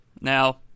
Now